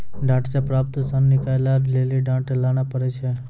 डांट से प्राप्त सन निकालै लेली डांट लाना पड़ै छै